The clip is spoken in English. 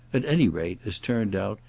at any rate, as turned out,